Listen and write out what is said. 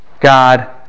God